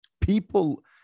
people